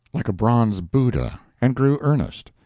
like a bronze buddha, and grew earnest.